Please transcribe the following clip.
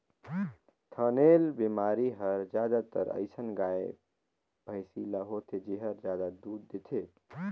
थनैल बेमारी हर जादातर अइसन गाय, भइसी ल होथे जेहर जादा दूद देथे